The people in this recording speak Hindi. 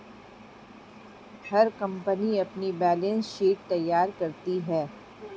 हर कंपनी अपनी बैलेंस शीट तैयार करती है